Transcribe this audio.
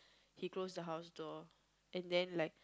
he close the house door and then like